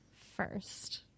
first